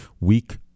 weak